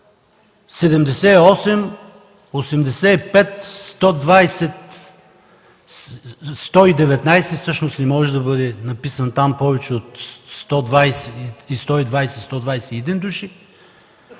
78-85-119, всъщност не може да бъде написано повече от 120 121 души.